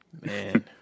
Man